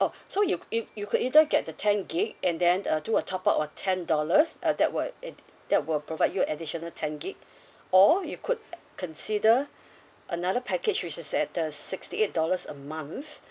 oh so you you you could either get the ten gigabytes and then uh do a top up of ten dollars uh that would it that would provide you additional ten gigabytes or you could consider another package which is at uh sixty eight dollars a month